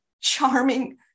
charming